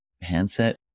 handset